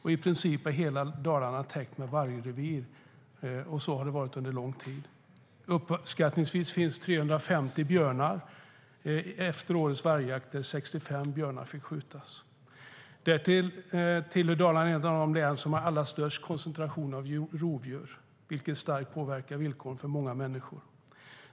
I princip är hela Dalarna täckt med vargrevir. Så har det varit under lång tid. Uppskattningsvis finns 350 björnar efter årets björnjakt, då 65 björnar fick skjutas. Därmed är Dalarna ett av de län som har allra störst koncentration av rovdjur, vilket starkt påverkar villkoren för många människor.